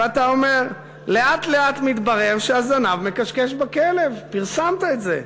ואתה אומר: "לאט לאט מתברר שהזנב מכשכש בכלב" פרסמת את זה,